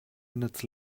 minutes